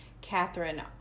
Catherine